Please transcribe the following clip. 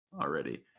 already